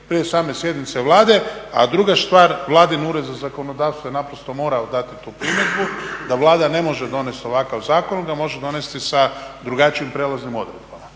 prije same sjednice Vlada, a druga stvar Vladin Ured za zakonodavstvo je naprosto morao dati tu primjedbu da Vlada ne može donesti ovakav zakon ili ga može donesti sa drugačijim prelaznim odredbama.